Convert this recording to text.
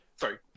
Sorry